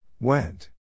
Went